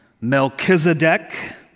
Melchizedek